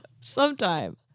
sometime